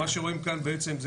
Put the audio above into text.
מה שרואים כאן בעצם,